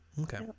Okay